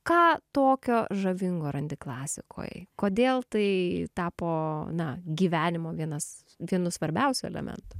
ką tokio žavingo randi klasikoj kodėl tai tapo na gyvenimo vienas vienu svarbiausių elementų